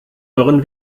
euren